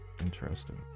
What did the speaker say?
Interesting